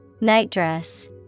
Nightdress